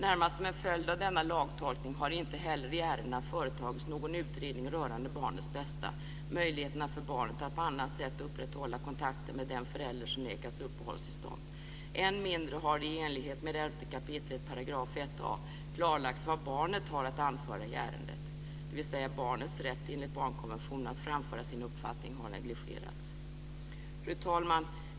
Närmast som en följd av denna lagtolkning har det inte heller i ärendena företagits någon utredning rörande barnets bästa och möjligheterna för barnet att på annat sätt upprätthålla kontakten med den förälder som nekats uppehållstillstånd. Än mindre har det i enlighet med 11 kap. 1 a § klarlagts vad barnet har att anföra i ärendet. Barnets rätt enligt barnkonventionen att framföra sin uppfattning har alltså negligerats. Fru talman!